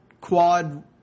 quad